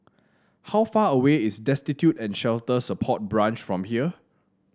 how far away is Destitute and Shelter Support Branch from here